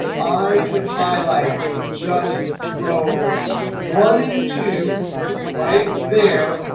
i could highlight just row one and two right there,